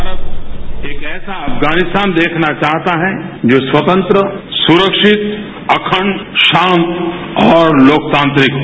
भारत एक ऐसा अफगानिस्तान देखना चाहता है जो स्वतंत्र सुरक्षित अखंड शांत और लोकतांत्रिक हो